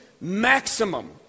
maximum